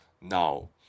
Now